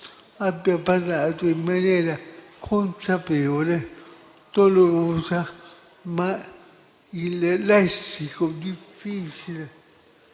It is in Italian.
ha parlato, in maniera consapevole e dolorosa, il lessico difficile